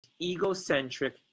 egocentric